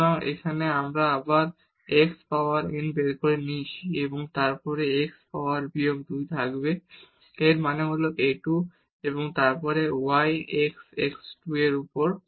সুতরাং এখানে আমরা আবার x পাওয়ার n বের করে নিয়েছি এবং তারপর এই x পাওয়ার বিয়োগ 2 থাকবে এর মানে হল a 2 এবং তারপর y x x 2 এর উপর